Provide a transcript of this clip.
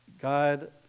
God